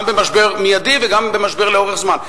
גם במשבר מיידי וגם במשבר לאורך זמן.